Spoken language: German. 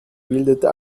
bildeten